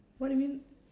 what you mean